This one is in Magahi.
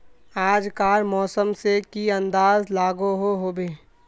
आज कार मौसम से की अंदाज लागोहो होबे?